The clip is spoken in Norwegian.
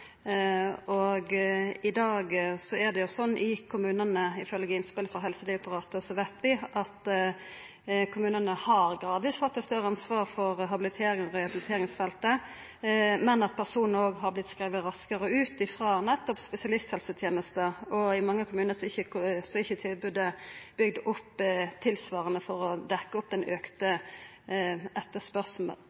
I dag veit vi, ifølgje innspel frå Helsedirektoratet, at kommunane gradvis har fått eit større ansvar for habiliterings- og rehabiliteringsfeltet, men at personar har vorte skrive raskare ut frå nettopp spesialisthelsetenesta, og i mange kommunar er ikkje tilbodet bygt opp tilsvarande for å dekkja opp den